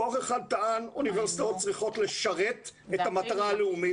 כוח אחד טען שהאוניברסיטאות צריכות לשרת את המטרה הלאומית,